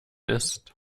ist